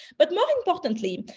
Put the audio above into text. but more importantly,